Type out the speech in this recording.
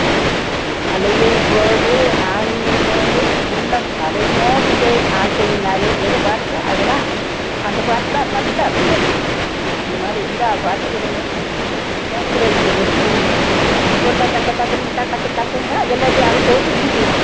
ஆ அலையைப் போலே ஆணியின் மேலே உள்ளம் அலை மோதுதே ஆசையின் அலை சொல்லிப் பாருங்க அதெல்லாம் அந்த பாட்டெலாம் நல்லா இருக்கும் பார்த்துக்கோங்கோ அந்த மாதிரி எல்லா பாட்டுகளுமே கேட்குறதுக்கு ஒரு இனிமை இப்போ டக்கு டக்குனு டண்டக்கு டக்குங்கா எல்லாத்தையும் அவுத்து அவுத்து வீசுறான்